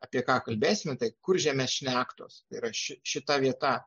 apie ką kalbėsime tai kuržemės šnektos tai yra šita vieta